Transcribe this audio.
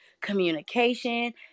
communication